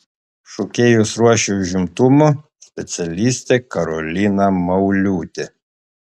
šokėjus ruošė užimtumo specialistė karolina mauliūtė